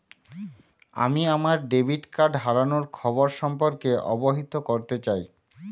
আমি আমার debit card হারানোর খবর সম্পর্কে অবহিত করতে চাই